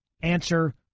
answer